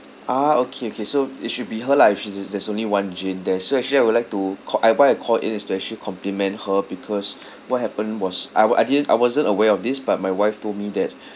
ah okay okay so it should be her lah if she's she's there's only one jane there so actually I would like to call uh why I call in is to actually compliment her because what happened was I were I didn't I wasn't aware of this but my wife told me that